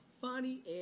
funny